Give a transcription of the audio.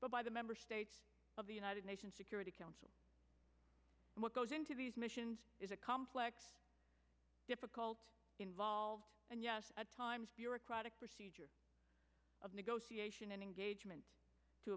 but by the member states of the united nations security council and what goes into these missions is a complex difficult involved and yes at times bureaucratic procedure of negotiation and engagement to